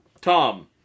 Tom